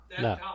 No